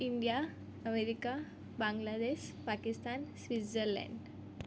India America Bangladesh Pakistan Switzerland